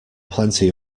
plenty